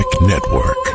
Network